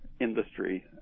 industry